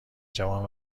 جوان